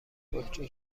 بطری